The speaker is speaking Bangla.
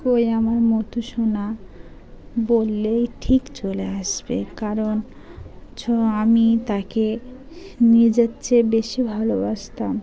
কই আমার মোটু সোনা বললেই ঠিক চলে আসবে কারণ আমি তাকে নিজের চেয়ে বেশি ভালোবাসতাম